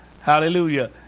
Hallelujah